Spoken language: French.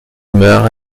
meurt